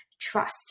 trust